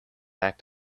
act